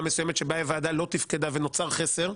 מסוימת שבה הוועדה לא תפקדה ונוצר חסר,